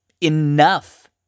enough